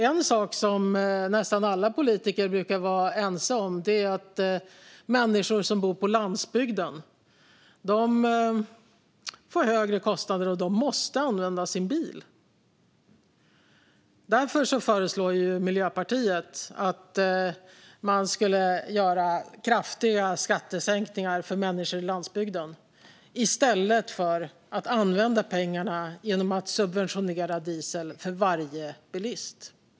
En sak som nästan alla politiker brukar vara ense om är att människor som bor på landsbygden får högre kostnader, och de måste använda sin bil. Därför föreslår Miljöpartiet att man gör kraftiga skattesänkningar för människor på landsbygden i stället för att använda pengarna till att subventionera diesel för varje bilist.